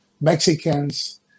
Mexicans